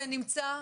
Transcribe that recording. זה נמצא,